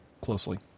closely